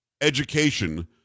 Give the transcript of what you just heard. education